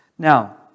Now